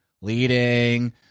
leading